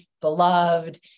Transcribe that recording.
beloved